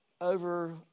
over